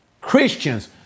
Christians